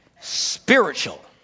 spiritual